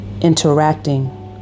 interacting